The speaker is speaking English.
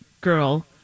girl